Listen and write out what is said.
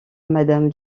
madame